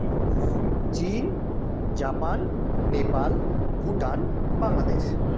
চীন জাপান নেপাল ভুটান বাংলাদেশ